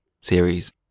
series